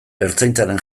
ertzaintzaren